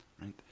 right